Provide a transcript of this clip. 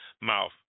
mouth